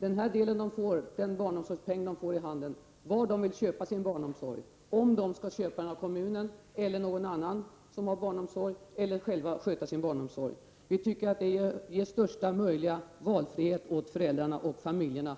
att med den barnomsorgspeng de får i handen avgöra var de vill köpa sin barnomsorg, om de skall köpa den av kommunen, av någon annan som ger barnomsorg eller själva sköta sin barnomsorg. Vi tycker att det ger största möjliga valfrihet åt föräldrarna och familjerna.